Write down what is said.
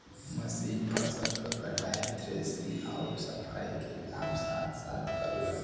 machine फसल क कटाई, थ्रेशिंग आउर सफाई के काम साथ साथ करलन